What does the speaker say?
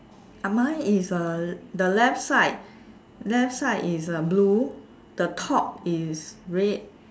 ah mine is uh the left side left side is uh blue the top is red